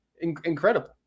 Incredible